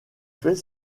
fait